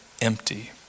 empty